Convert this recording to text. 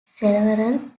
several